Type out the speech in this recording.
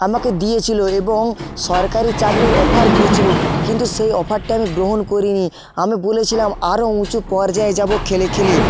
আমাকে দিয়েছিল এবং সরকারি চাকরির অফার দিয়েছিল কিন্তু সেই অফারটা আমি গ্রহণ করিনি আমি বলেছিলাম আরও উঁচু পর্যায়ে যাবো খেলে খেলে